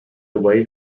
away